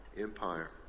empire